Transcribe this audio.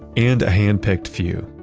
and a handpicked few.